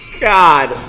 God